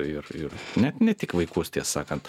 ir ir net ne tik vaikus tie sakant